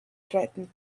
threatened